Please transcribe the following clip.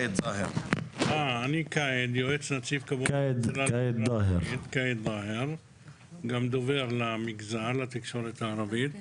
יועץ נציב כבאות והצלה לחברה הערבית וגם דובר לתקשורת הערבית.